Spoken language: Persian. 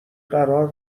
قرار